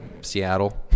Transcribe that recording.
Seattle